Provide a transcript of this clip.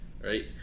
Right